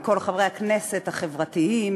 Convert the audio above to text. כל חברי הכנסת החברתיים,